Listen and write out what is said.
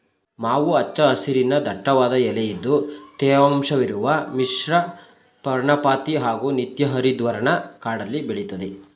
ಮಾವು ಹಚ್ಚ ಹಸಿರಿನ ದಟ್ಟವಾದ ಎಲೆಇದ್ದು ತೇವಾಂಶವಿರುವ ಮಿಶ್ರಪರ್ಣಪಾತಿ ಹಾಗೂ ನಿತ್ಯಹರಿದ್ವರ್ಣ ಕಾಡಲ್ಲಿ ಬೆಳೆತದೆ